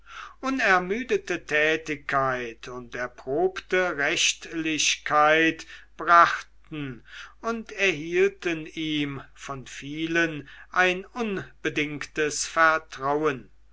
unermüdete tätigkeit und erprobte rechtlichkeit brachten und erhielten ihm von vielen ein unbedingtes vertrauen